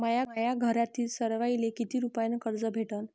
माह्या घरातील सर्वाले किती रुप्यान कर्ज भेटन?